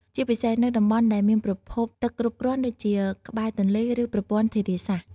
ជាពិសេសនៅតំបន់ដែលមានប្រភពទឹកគ្រប់គ្រាន់ដូចជាក្បែរទន្លេ ឬប្រព័ន្ធធារាសាស្ត្រ។